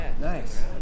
nice